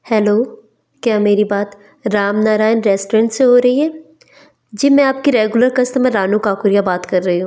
hello क्या मेरी बात राम नारायण रेस्टुरेंट से हो रही है जी मैं आपकी रेगुलर कस्टमर रानू काकोरिया बात कर रही हूँ